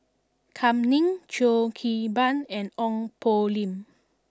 Kam Ning Cheo Kim Ban and Ong Poh Lim